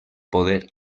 poder